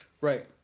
Right